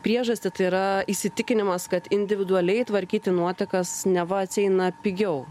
priežastį tai yra įsitikinimas kad individualiai tvarkyti nuotekas neva atsieina pigiau